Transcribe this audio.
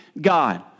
God